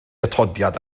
atodiad